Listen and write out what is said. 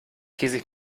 käsig